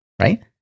Right